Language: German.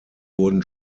wurden